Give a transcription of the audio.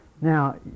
Now